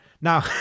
Now